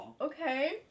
Okay